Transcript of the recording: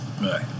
Right